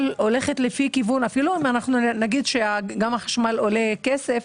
אפילו אם נגיד שגם החשמל עולה כסף,